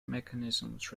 mechanisms